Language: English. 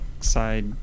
side